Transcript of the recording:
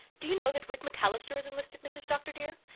do you know that rick macallister has enlisted, mrs. dr. dear?